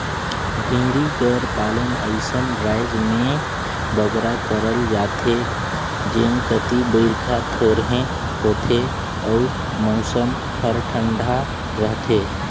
भेंड़ी कर पालन अइसन राएज में बगरा करल जाथे जेन कती बरिखा थोरहें होथे अउ मउसम हर ठंडा रहथे